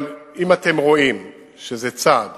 אבל אם אתם רואים שזה צעד